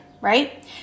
right